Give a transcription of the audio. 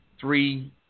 three